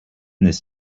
this